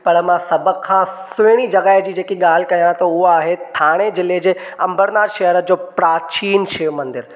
पर मां सभ खां सुहिणी जॻहि जी जेकी ॻाल्हि कयां थो हूअ आहे थाणे ज़िले जे अम्बरनाथ शहर जो प्राचीनु शिव मंदिरु